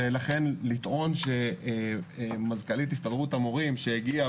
ולכן לטעון שמזכ"לית הסתדרות המורים שהגיעה